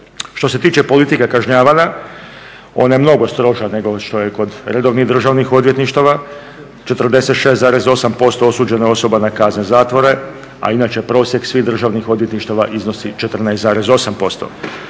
Što se tiče politike kažnjavanja, ona je mnogo stroža nego što je kod redovnih državnih odvjetništava, 46,8% osuđeno je osoba na kazne zatvora, a inače prosjek svih državnih odvjetništava iznosi 14,8%.